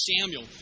Samuel